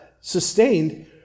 sustained